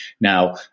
Now